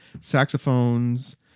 Saxophones